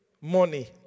money